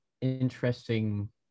interesting